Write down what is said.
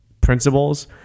principles